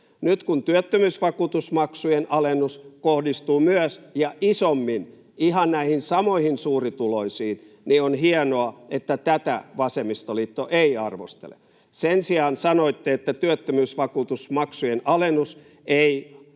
Nyt kun työttömyysvakuutusmaksujen alennus kohdistuu myös — ja isommin — ihan näihin samoihin suurituloisiin, niin on hienoa, että tätä vasemmistoliitto ei arvostele. Sen sijaan sanoitte, että työttömyysvakuutusmaksujen alennus ei ole